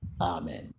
amen